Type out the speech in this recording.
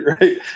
Right